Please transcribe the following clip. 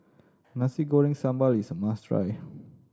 Nasi Goreng Sambal is a must try